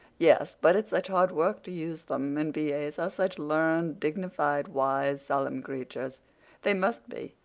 yes. but it's such hard work to use them. and b a s are such learned, dignified, wise, solemn creatures they must be.